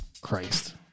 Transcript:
Christ